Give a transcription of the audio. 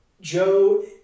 Joe